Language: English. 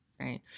right